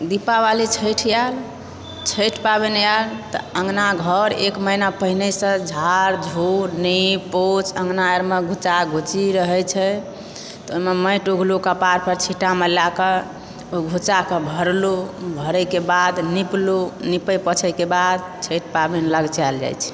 दीपावली छठि आएल छठि पाबनि आएल तऽ अङ्गना घर एक महीना पहिनेसंँ झार झूर नीप पोछ अङ्गना आरमे घुचा घुची रहए छै तऽ ओहिमे माटि उघलौं कपार पर छिटाँमे लए कऽ घुचाके भरलहुँ भरएक बाद नीपलहुँ नीपए पोछैके बाद छठि पाबनि लगचाएल जाइत छै